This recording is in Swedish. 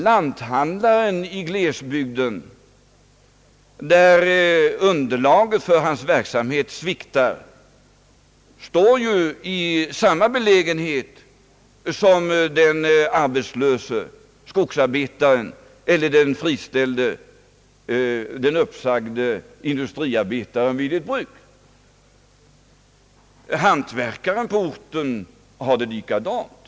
Lanthandlaren i glesbygden, där underlaget för hans verksamhet sviktar, är ju i samma belägenhet som den arbetslöse skogsarbetaren eller den uppsagde industriarbetaren vid ett bruk. Hantverkaren på orten har det likadant.